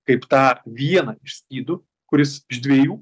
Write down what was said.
kaip tą vieną iš skydų kuris iš dviejų